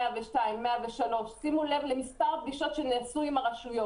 102 ו-103 שימו לב למספר הפגישות עם ראשי הרשויות.